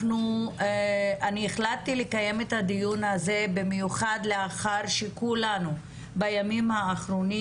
אני החלטתי לקיים את הדיון הזה במיוחד לאחר שכולנו בימים האחרונים